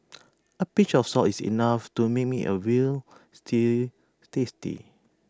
A pinch of salt is enough to make me A Veal Stew tasty